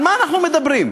על מה אנחנו מדברים?